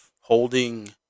holding